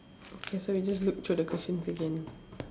okay so we just look through the questions again